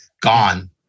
gone